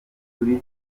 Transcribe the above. kuri